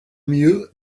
mieux